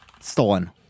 stolen